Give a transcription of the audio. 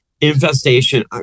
infestation